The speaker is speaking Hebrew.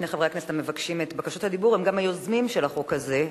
שני חברי הכנסת המבקשים את רשות הדיבור הם גם היוזמים של החוק הזה,